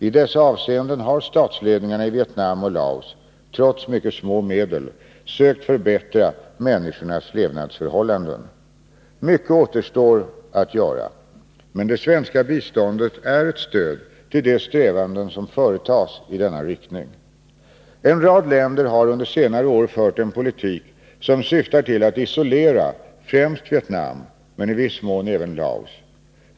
I dessa avseenden har statsledningarna i Vietnam och Laos, trots mycket små medel, sökt förbättra människornas levnadsförhållanden. Mycket återstår att göra, men det svenska biståndet är ett stöd till de strävanden som företas i denna riktning. En rad länder har under senare år fört en politik som syftar till att isolera främst Vietnam men i viss mån även Laos.